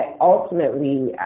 ultimately